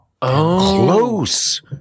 Close